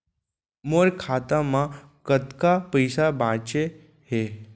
मोर खाता मा कतका पइसा बांचे हे?